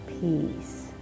peace